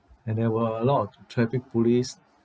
and there were a lot of traffic police